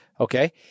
okay